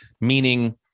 Meaning